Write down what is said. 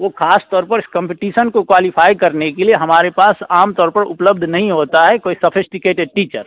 वो ख़ास तौर पर इस कंपटीसन को क्वालीफ़ाई करने के लिए हमारे पास आम तौर पर उपलब्ध नहीं होता है कोई सोफ़ेस्टिकेटेड टीचर